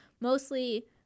mostly